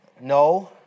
No